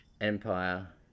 Empire